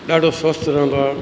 ॾाढो स्वस्थ रहंदो आहे